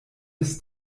bis